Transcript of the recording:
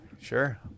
sure